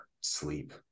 sleep